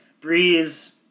Breeze